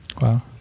Wow